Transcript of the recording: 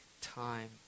time